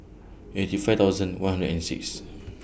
eighty five thousand one hundred and six